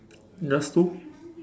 just two